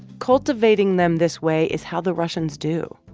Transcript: cultivating them this way is how the russians do.